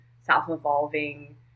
self-evolving